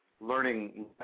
learning